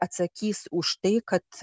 atsakys už tai kad